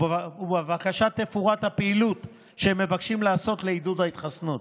ובבקשה תפורט הפעילות שמבקשים לעשות לעידוד ההתחסנות,